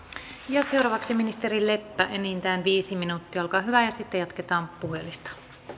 ja seuraavaksi ministeri leppä enintään viisi minuuttia olkaa hyvä sitten jatketaan puhujalistaa